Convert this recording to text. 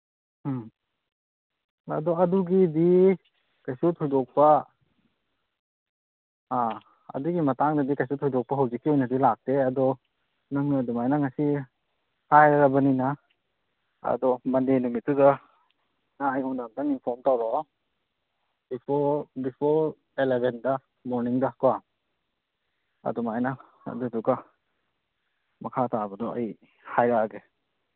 ꯎꯝ ꯑꯗꯣ ꯑꯗꯨꯒꯤꯗꯤ ꯀꯩꯁꯨ ꯊꯣꯏꯗꯣꯛꯄ ꯑ ꯑꯗꯨꯒꯤ ꯃꯇꯥꯡꯗꯗꯤ ꯀꯩꯁꯨ ꯊꯣꯏꯗꯣꯛꯄ ꯍꯧꯖꯤꯛꯀꯤ ꯑꯣꯏꯅꯗꯤ ꯂꯥꯛꯇꯦ ꯑꯗꯨ ꯅꯪꯅ ꯑꯗꯨꯃꯥꯏꯅ ꯉꯁꯤ ꯍꯥꯏꯔꯕꯅꯤꯅ ꯑꯗꯣ ꯃꯟꯗꯦ ꯅꯨꯃꯤꯠꯇꯨꯗ ꯅꯪ ꯑꯩꯉꯣꯟꯗ ꯑꯝꯇꯪ ꯏꯟꯐꯣꯝ ꯇꯧꯔꯛꯑꯣ ꯕꯤꯐꯣꯔ ꯕꯤꯐꯣꯔ ꯑꯦꯂꯚꯦꯟꯗ ꯃꯣꯔꯅꯤꯡꯗꯀꯣ ꯑꯗꯨꯃꯥꯏꯅ ꯑꯗꯨꯗꯨꯒ ꯃꯈꯥ ꯇꯥꯕꯗꯣ ꯑꯩ ꯍꯥꯏꯔꯛꯑꯒꯦ